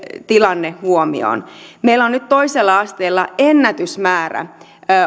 tilanteet huomioon meillä on nyt toisella asteella ennätysmäärä